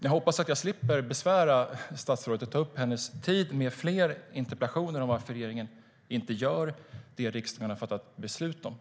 Jag hoppas att jag slipper besvära statsrådet och ta upp hennes tid med fler interpellationer om varför regeringen inte gör vad riksdagen har fattat beslut om.